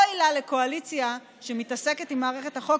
אוי לה לקואליציה שמתעסקת עם מערכת החוק,